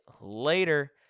later